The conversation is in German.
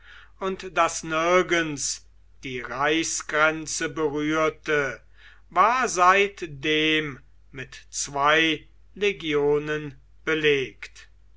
und das nirgends die reichsgrenze berührte war seitdem mit zwei legionen belegt